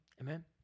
Amen